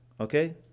Okay